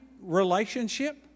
relationship